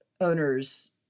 owners